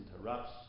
interrupts